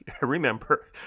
remember